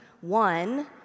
one